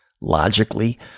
Logically